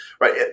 right